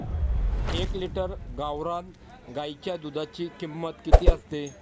एक लिटर गावरान गाईच्या दुधाची किंमत किती असते?